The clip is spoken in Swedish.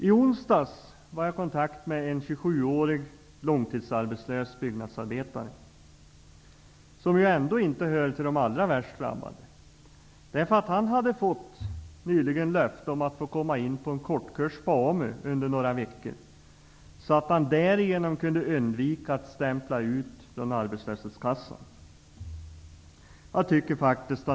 I onsdags var jag i kontakt med en långtidsarbetslös 27-årig byggnadsarbetare, som ändå inte hör till de allra värst drabbade. Han hade nämligen fått löfte om att få komma in på en kortkurs på AMU under några veckor och därmed kunna undvika att gå till arbetslöshetskassan för att stämpla.